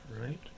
right